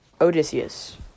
Odysseus